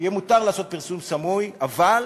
יהיה מותר לעשות פרסום סמוי, אבל